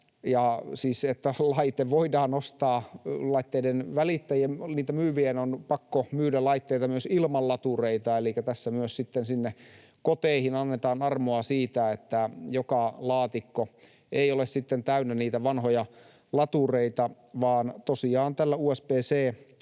laitteiden välittäjien ja niitä myyvien on pakko myydä laitteita myös ilman latureita. Elikkä tässä myös sinne koteihin annetaan armoa siinä, että joka laatikko ei ole sitten täynnä niitä vanhoja latureita vaan tosiaan